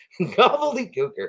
gobbledygooker